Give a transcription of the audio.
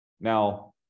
Now